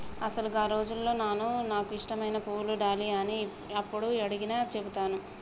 అసలు గా రోజుల్లో నాను నాకు ఇష్టమైన పువ్వు డాలియా అని యప్పుడు అడిగినా సెబుతాను